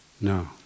No